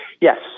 Yes